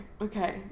okay